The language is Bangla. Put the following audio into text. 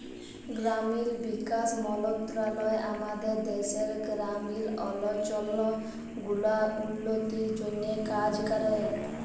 গেরামিল বিকাশ মলত্রলালয় আমাদের দ্যাশের গেরামিল অলচল গুলার উল্ল্য তির জ্যনহে কাজ ক্যরে